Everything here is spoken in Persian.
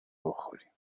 بخوریم